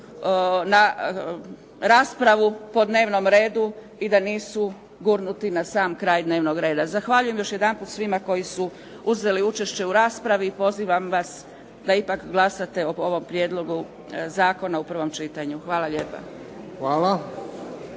na raspravu po dnevnom redu i da nisu gurnuti na sam kraj dnevnog reda. Zahvaljujem još jedanput svima koji su uzeli učešće u raspravi i pozivam vas da ipak glasate o ovom prijedlogu zakona u prvom čitanju. Hvala lijepa.